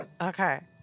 Okay